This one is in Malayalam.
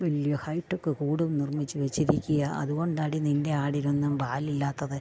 വലിയ ഹൈട്ടെക്ക് കൂടും നിർമിച്ച് വച്ചിരിക്കുകയാ അതുകൊണ്ടാടി നിൻ്റെ ആടിനൊന്നും പാലില്ലാത്തത്